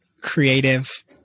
creative